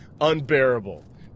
unbearable